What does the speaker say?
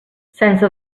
sense